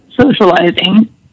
socializing